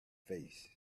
face